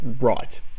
right